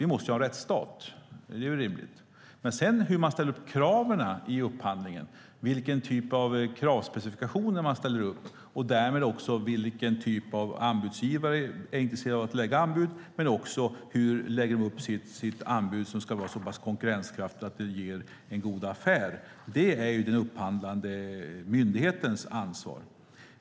Vi måste ha en rättsstat. Det är rimligt. Hur man ställer kraven i upphandlingen, vilken typ av kravspecifikationer man ställer upp och därmed också vilken typ av anbudsgivare som är intresserad av att lägga anbud, men också hur de lägger upp sitt anbud som ska vara så pass konkurrenskraftigt att det ger en god affär, är den upphandlande myndighetens ansvar.